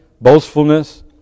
boastfulness